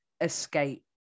escape